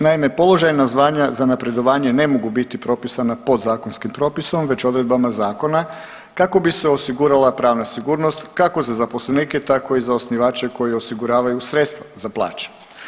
Naime, položajna zvanja za napredovanje ne mogu biti propisana podzakonskim propisom već odredbama zakona kako bi se osigurala pravna sigurnost kako za zaposlenike, tako i za osnivače koji osiguravaju sredstva za plaće.